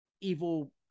evil